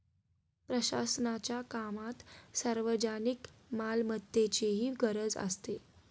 प्रशासनाच्या कामात सार्वजनिक मालमत्तेचीही गरज असते